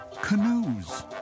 canoes